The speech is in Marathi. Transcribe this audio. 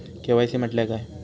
के.वाय.सी म्हटल्या काय?